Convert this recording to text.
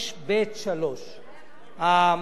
7(5)(ב)(3).